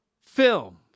film